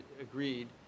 agreed